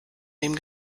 dem